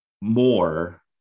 more